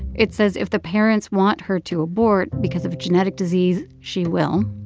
it says if the parents want her to abort because of genetic disease, she will.